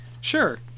Sure